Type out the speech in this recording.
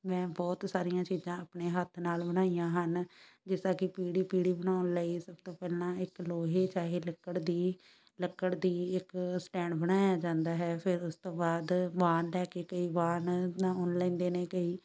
ਮੈਂ ਬਹੁਤ ਸਾਰੀਆਂ ਚੀਜ਼ਾਂ ਆਪਣੇ ਹੱਥ ਨਾਲ ਬਣਾਈਆਂ ਹਨ ਜਿਸ ਤਰ੍ਹਾਂ ਕਿ ਪੀੜ੍ਹੀ ਪੀੜ੍ਹੀ ਬਣਾਉਣ ਲਈ ਸਭ ਤੋਂ ਪਹਿਲਾਂ ਇੱਕ ਲੋਹੇ ਚਾਹੇ ਲੱਕੜ ਦੀ ਲੱਕੜ ਦੀ ਇੱਕ ਸਟੈਂਡ ਬਣਾਇਆ ਜਾਂਦਾ ਹੈ ਫਿਰ ਉਸ ਤੋਂ ਬਾਅਦ ਵਾਣ ਲੈ ਕੇ ਕਈ ਵਾਣ ਨਾਲ ਬੁਣ ਲੈਂਦੇ ਨੇ ਕਈ